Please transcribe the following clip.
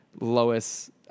Lois